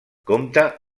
compte